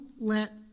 let